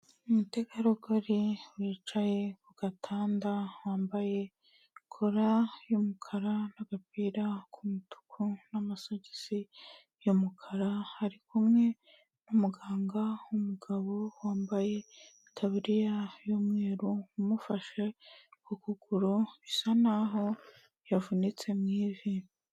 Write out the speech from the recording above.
Umutegarugori wicaye ku gatanda wambaye kora y'umukara n'agapira k'umutuku n'amasogisi y'umukara, ari kumwe n'umuganga w'umugabo wambaye itaburiya y'umweru, umufashe ku kuguru bisa n'aho yavunitse mu ivi.